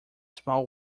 small